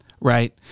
Right